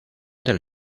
del